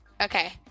Okay